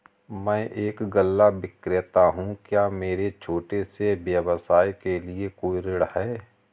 मैं एक गल्ला विक्रेता हूँ क्या मेरे छोटे से व्यवसाय के लिए कोई ऋण है?